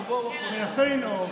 אני מנסה לנאום.